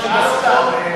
הממשלה ושר האוצר על זה?